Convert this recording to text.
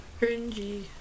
Cringy